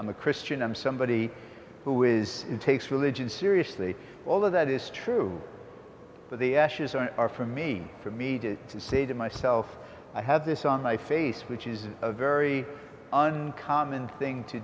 i'm a christian i'm somebody who is takes religion seriously although that is true but the ashes are for me for me to say to myself i have this on my face which is a very uncommon thing to